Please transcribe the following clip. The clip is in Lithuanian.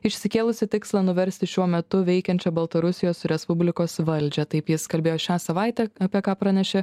išsikėlusi tikslą nuversti šiuo metu veikiančią baltarusijos respublikos valdžią taip jis kalbėjo šią savaitę apie ką pranešė